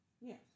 Yes